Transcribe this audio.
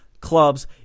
clubs